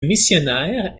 missionnaire